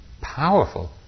powerful